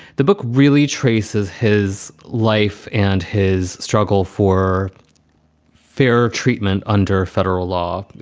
the book really traces his life and his struggle for fair treatment under federal law.